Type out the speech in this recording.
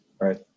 right